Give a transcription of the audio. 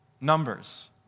numbers